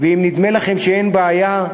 ואם נדמה לכם שאין בעיה,